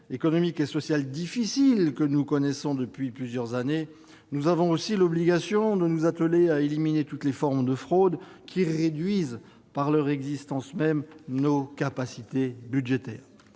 économique et social difficile que nous connaissons depuis plusieurs années, nous avons l'obligation de nous atteler à éliminer toutes les formes de fraude qui réduisent nos capacités budgétaires.